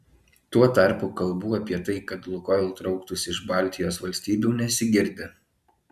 tuo tarpu kalbų apie tai kad lukoil trauktųsi iš baltijos valstybių nesigirdi